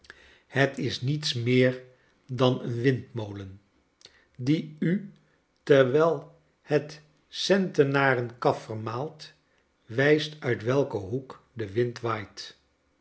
het charles dickens is niets meer dan een windmolen die u terwijl het centenaren kaf vermaalt wijst uit welken hoek de wind waait